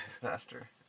Faster